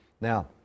Now